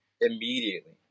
Immediately